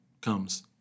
comes